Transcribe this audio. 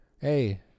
Hey